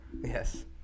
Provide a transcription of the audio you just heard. Yes